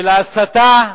של ההסתה,